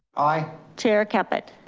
aye. chair caput?